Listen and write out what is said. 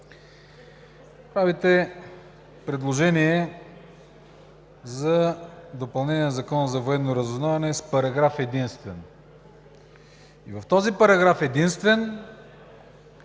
Правите предложение за допълнение на Закона за военно разузнаване с параграф единствен. В този параграф единствен